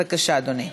בבקשה, אדוני.